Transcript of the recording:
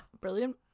Brilliant